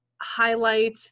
highlight